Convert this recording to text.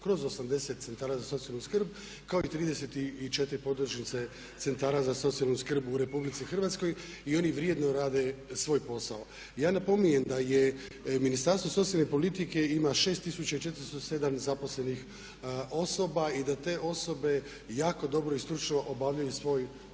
Kroz 80 centara za socijalnu skrb kako i 34 podružnice centara za socijalnu skrb u RH i oni vrijedno rade svoj posao. Ja napominjem da je Ministarstvo socijalne politike ima 6407 zaposlenih osoba i da te osobe jako dobro i stručno obavljaju svoj posao,